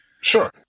Sure